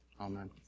Amen